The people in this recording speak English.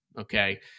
Okay